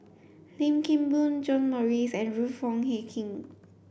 Lim Kim Boon John Morrice and Ruth Wong Hie King